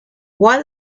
why